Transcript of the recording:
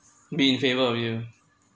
be in favor with you